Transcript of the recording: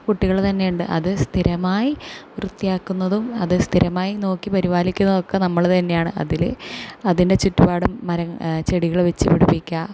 കുട്ടികൾ തന്നേ ഉണ്ട് അത് സ്ഥിരമായി വൃത്തിയാക്കുന്നതും അത് സ്ഥിരമായി നോക്കി പരിപാലിക്കുന്നതുക്കെ നമ്മൾ തന്നെയാണ് അതിൽ അതിന് ചുറ്റുപാടും മര ചെടികൾ വച്ച് പിടിപ്പിക്കാം